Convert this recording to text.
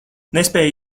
nespēju